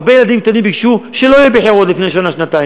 הרבה ילדים קטנים ביקשו שלא יהיו בחירות לפני שנה-שנתיים.